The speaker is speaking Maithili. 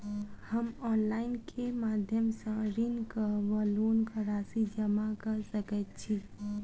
हम ऑनलाइन केँ माध्यम सँ ऋणक वा लोनक राशि जमा कऽ सकैत छी?